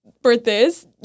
Birthdays